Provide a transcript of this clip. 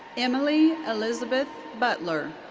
emily elizabeth butler.